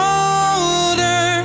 older